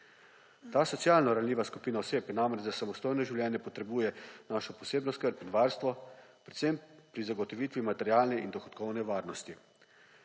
Ta socialno ranljiva skupina oseb namreč za samostojno življenje potrebuje našo posebno skrb in varstvo, predvsem pri zagotovitvi materialne in dohodkovne varnosti.